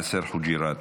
יאסר חוג'יראת.